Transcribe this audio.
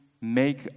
make